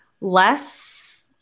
less